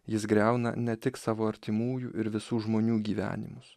jis griauna ne tik savo artimųjų ir visų žmonių gyvenimus